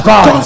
God